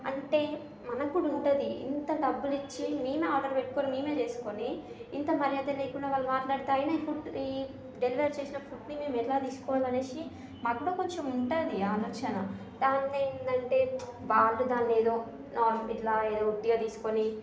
అంటే మనకి కూడా ఉంటుంది ఇంత డబ్బులు ఇచ్చి మేమే ఆర్డర్ పెట్టుకొని మేమే చేసుకొని ఇంత మర్యాద లేకుండా వాళ్ళు మాట్లాడితే అయినా ఈ ఫుడ్ని డెలివరీ చేసిన ఫుడ్ని మేము ఎలా తీసుకోవాలి అనేసి మాకు కూడా కొంచెం ఉంటుంది ఆలోచన దాన్ని ఏంటంటే వాళ్ళు దాన్ని ఏదో ఇట్లా ఏదో ఉత్తిగా తీసుకొని